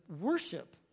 worship